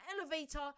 elevator